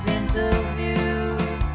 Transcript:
interviews